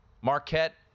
Marquette